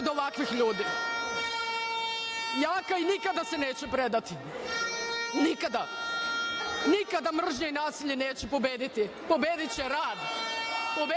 od ovakvih ljudi, jaka i nikada se neće predati, nikada mržnja i nasilje neće pobediti, pobediće